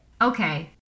Okay